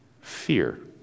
fear